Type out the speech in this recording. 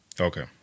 Okay